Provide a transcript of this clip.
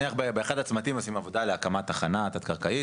נניח באחד הצמתים עושים עבודה להקמת תחנה תת-קרקעית,